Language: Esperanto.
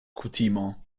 kutimo